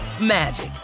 magic